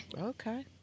okay